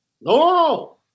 No